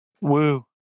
Woo